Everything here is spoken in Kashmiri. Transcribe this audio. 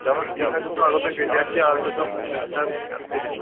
چلو ٹھیٖک حظ چھُ تہٕ اگر تۄہہِ بیٚیہِ تہِ آسہِ کیٚنٛہہ آرڈَر کَرُن تہٕ أسۍ چھِ آز یہ ہسا یہِ